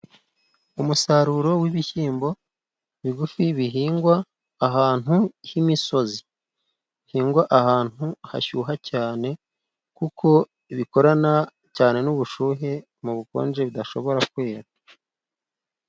Umusaruro w'ibishyimbo bigufi y'ibihingwa ahantu h'imisozi, bihingwa ahantu hashyuha cyane kuko bikorana cyane n'bushyuhe, mu bukonje bidashobora kwera.